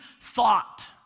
thought